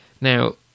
Now